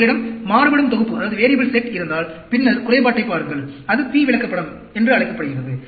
உங்களிடம் மாறுபடும் தொகுப்பு இருந்தால் பின்னர் குறைபாட்டைப் பாருங்கள் அது P விளக்கப்படம் என்று அழைக்கப்படுகிறது